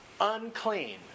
unclean